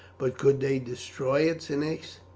but could they destroy it, cneius?